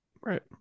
Right